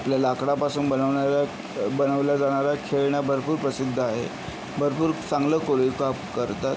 आपल्या लाकडापासून बनवणाऱ्या बनवल्या जाणाऱ्या खेळण्या भरपूर प्रसिद्ध आहे भरपूर चांगलं कोरीव काम करतात